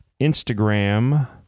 Instagram